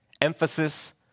Emphasis